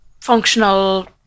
functional